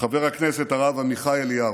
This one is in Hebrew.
חבר הכנסת הרב עמיחי אליהו,